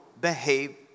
behave